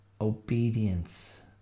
obedience